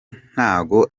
ntago